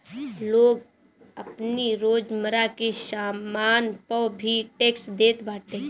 लोग आपनी रोजमर्रा के सामान पअ भी टेक्स देत बाटे